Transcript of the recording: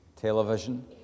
television